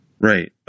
Right